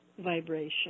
vibration